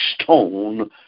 stone